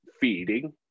feeding